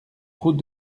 route